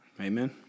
Amen